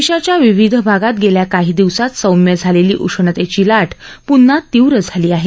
देशाच्या विविध भागात गेल्या काही दिवसात सौम्य झालेली उष्णतेची लाट प्न्हा तीव्र झाली आहे